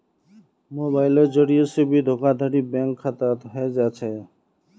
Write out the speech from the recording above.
मोबाइलेर जरिये से भी धोखाधडी बैंक खातात हय जा छे